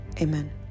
amen